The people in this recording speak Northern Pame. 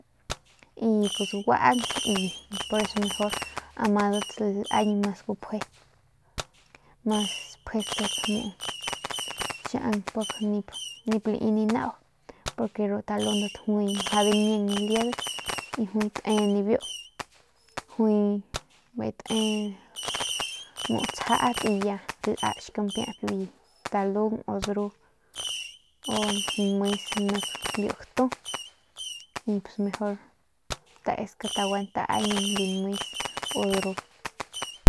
Y pues guaaung y poreso mejor amadat lañg mas kupje mas pjesk muu xiaung nip lai ni nau porque ru talundat juay mjau dimiang liedat y juay te nibiu juay bijiy te muu tsjat y ya lach kampieyp talung u ndru u nmes nik biu gatu y pus mejor tesku taguan taañin biu nmes u ndru.